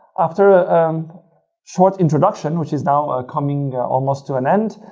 after a um short introduction, which is now coming almost to an end,